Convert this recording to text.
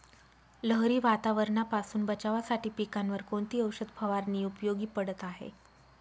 लहरी वातावरणापासून बचावासाठी पिकांवर कोणती औषध फवारणी उपयोगी पडत आहे?